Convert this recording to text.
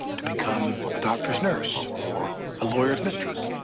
to become a doctor's nurse or a lawyer's mistress,